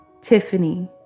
Tiffany